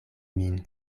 min